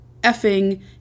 effing